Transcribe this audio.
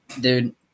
Dude